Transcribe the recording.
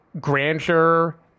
grandeur